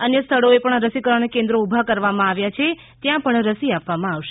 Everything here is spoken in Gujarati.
અન્ય સ્થળોએ પણ રસીકરણ કેન્દ્રો ઉભા કરવામાં આવ્યા છે ત્યાં રસી આપવામાં આવશે